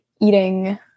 eating